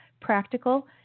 Practical